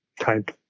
type